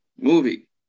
movie